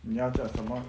你要讲什么